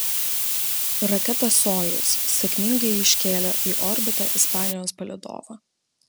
raketa sojuz sėkmingai iškėlė į orbitą ispanijos palydovą